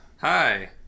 Hi